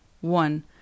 one